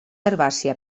herbàcia